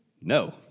No